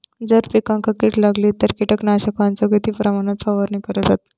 जर पिकांका कीड लागली तर कीटकनाशकाचो किती प्रमाणावर फवारणी करतत?